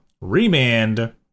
remand